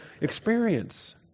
experience